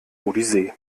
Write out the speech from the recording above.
odyssee